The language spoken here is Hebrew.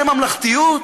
זו ממלכתיות?